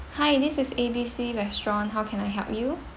hi this is A B C restaurant how can I help you